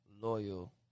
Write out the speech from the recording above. loyal